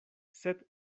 sed